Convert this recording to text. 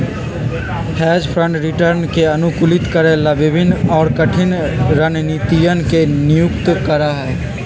hedge fund return के अनुकूलित करे ला विभिन्न और कठिन रणनीतियन के नियुक्त करा हई